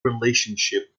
relationship